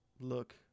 look